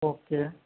okay